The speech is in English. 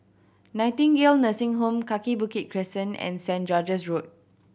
Nightingale Nursing Home Kaki Bukit Crescent and Saint George's Road